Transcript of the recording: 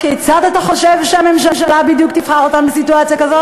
אבל הם ימנו,